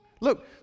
Look